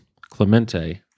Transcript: Clemente